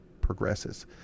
progresses